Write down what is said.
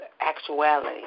actuality